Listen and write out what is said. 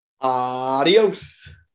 Adios